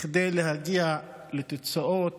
כדי להגיע לתוצאות